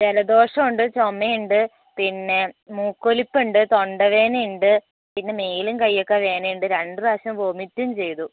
ജലദോഷം ഉണ്ട് ചുമയുണ്ട് പിന്നെ മൂക്കൊലിപ്പുണ്ട് തൊണ്ടവേദനയുണ്ട് പിന്നെ മേലും കൈയ്യുമൊക്കെ വേദനയുണ്ട് രണ്ടു പ്രാവശ്യം വൊമിറ്റും ചെയ്തു